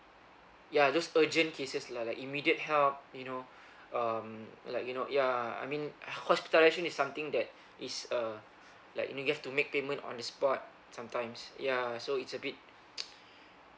ya just urgent cases lah like immediate help you know um like you know ya I mean hospitalisation is something that is uh like you have to make payment on the spot sometimes yeah so it's a bit